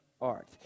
art